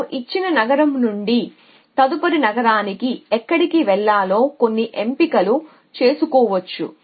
మేము ఇచ్చిన నగరం నుండి తదుపరి నగరానికి ఎక్కడికి వెళ్ళాలో కొన్ని ఎంపికలు చేసుకోవచ్చు